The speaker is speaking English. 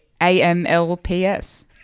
AMLPS